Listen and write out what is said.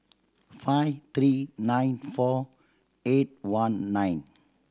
five three nine four eight one nine